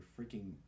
freaking